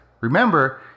Remember